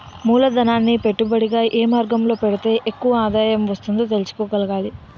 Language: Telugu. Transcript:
మూలధనాన్ని పెట్టుబడిగా ఏ మార్గంలో పెడితే ఎక్కువ ఆదాయం వస్తుందో తెలుసుకోగలగాలి